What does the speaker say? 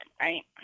right